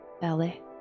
belly